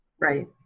Right